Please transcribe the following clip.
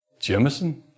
Jemison